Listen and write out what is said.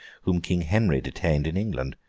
whom king henry detained in england.